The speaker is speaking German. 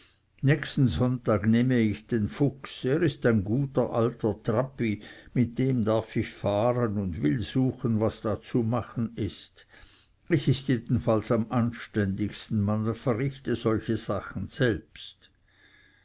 nächsten sonntag nehme ich den fuchs er ist ein guter alter trappi mit dem darf ich fahren und will suchen was da zu machen ist es ist jedenfalls am anständigsten man verrichte solche sachen selbst